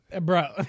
Bro